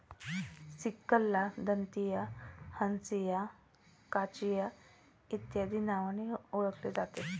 सिकलला दंतिया, हंसिया, काचिया इत्यादी नावांनी ओळखले जाते